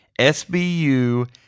SBU